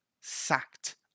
Sacked